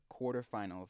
quarterfinals